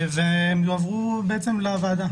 הם יועברו לוועדה